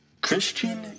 Christian